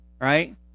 right